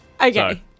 Okay